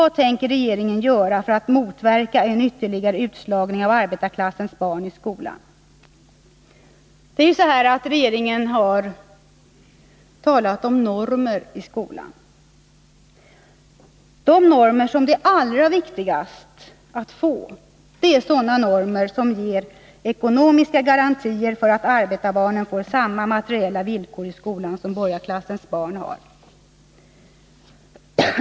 Regeringen har talat om normer i skolan. De normer som det är allra viktigast att få är sådana som ger ekonomiska garantier för att arbetarbarnen får samma materiella villkor i skolan som borgarklassens barn har.